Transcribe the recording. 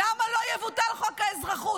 למה לא יבוטל חוק האזרחות?